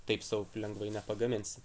taip sau lengvai nepagaminsi